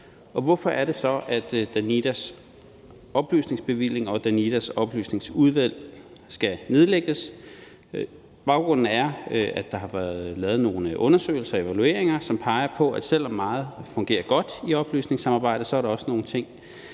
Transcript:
Hvorfor er det så, at Danidas oplysningsbevilling og Danidas Oplysningsudvalg skal nedlægges? Baggrunden er, at der er blevet lavet nogle undersøgelser, der peger på, at selv om meget fungerer godt i oplysningssamarbejdet, så er der også nogle ting,